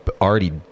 already